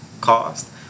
cost